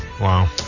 Wow